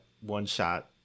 one-shot